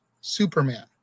Superman